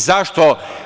Zašto?